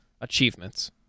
achievements